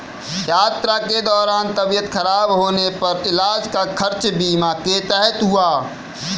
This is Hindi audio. यात्रा के दौरान तबियत खराब होने पर इलाज का खर्च बीमा के तहत हुआ